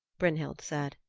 brynhild said.